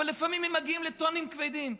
אבל לפעמים הם מגיעים לטונים כבדים,